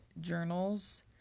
journals